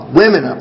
women